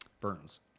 Burns